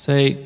Say